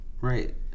right